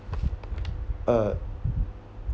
uh